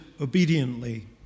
obediently